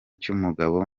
cy’umugabo